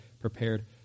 prepared